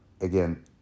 again